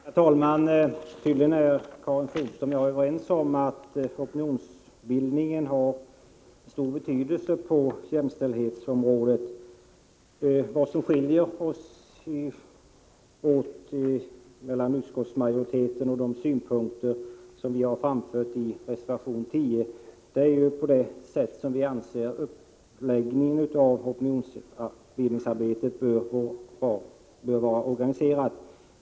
Herr talman! Tydligen är Karin Flodström överens med mig om att opinionsbildningen har stor betydelse på jämställdhetsområdet. Vad som skiljer oss åt är att vi i reservation 10 framfört en annan åsikt än utskottsmajoriteten när det gäller det sätt på vilket vi anser att uppläggningen av opinionsbildningsarbetet bör vara organiserat.